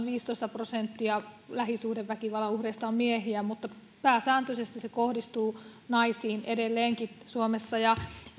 viisitoista prosenttia lähisuhdeväkivallan uhreista on miehiä mutta pääsääntöisesti se kohdistuu naisiin edelleenkin suomessa